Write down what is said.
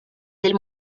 del